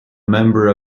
member